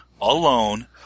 alone